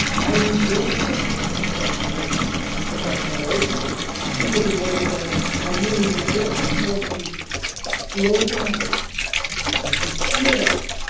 i need this from from this professional relationship and she was able to say i really need this and for us to slow down and to hear that.